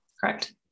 Correct